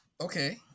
okay